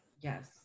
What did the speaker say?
yes